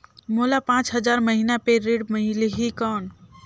मोला पांच हजार महीना पे ऋण मिलही कौन?